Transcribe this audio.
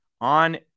on